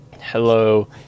Hello